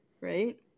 right